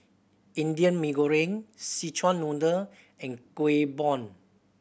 Indian Mee Goreng Szechuan Noodle and Kueh Bom